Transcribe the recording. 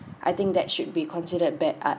I think that should be considered bad art